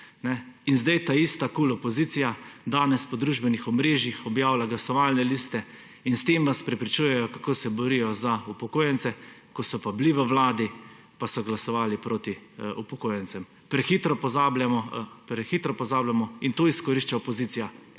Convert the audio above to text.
In taista KUL-opozicija danes po družbenih omrežjih objavlja glasovalne liste in s tem vas prepričujejo, kako se borijo za upokojence; ko so pa bili v vladi, pa so glasovali proti upokojencem. Prehitro pozabljamo in to izkorišča opozicija,